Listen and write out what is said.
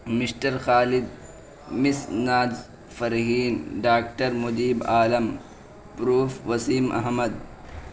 mister Khalid Miss Naz Farheen doctor مدیب Alam prof Waseem Ahmad